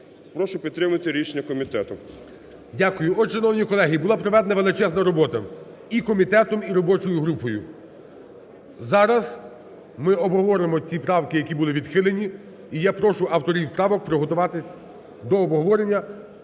Прошу підтримати рішення комітету. ГОЛОВУЮЧИЙ. Дякую. Отже, шановні колеги, була проведена величезна робота і комітетом, і робочою групою. Зараз ми обговоримо ці правки, які були відхилені і я прошу авторів правок приготуватись до обговорення,